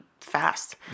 fast